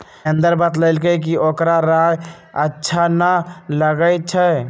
महेंदर बतलकई कि ओकरा राइ अच्छा न लगई छई